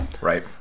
right